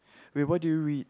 wait what do you read